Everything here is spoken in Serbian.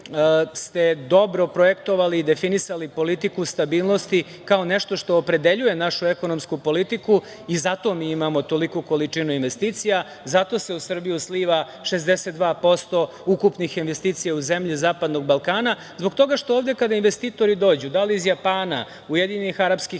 ste dobro projektovali i definisali politiku stabilnosti kao nešto što opredeljuje našu ekonomsku politiku i zato mi imamo toliku količinu investicija, zato se u Srbiju sliva 62% ukupnih investicija u zemlje zapadnog Balkana, zbog toga što ovde kada investitori dođu, da li iz Japana, Ujedinjenih Arapskih